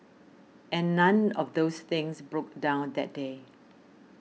and none of those things broke down that day